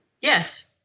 Yes